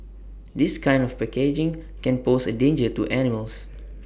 this kind of packaging can pose A danger to animals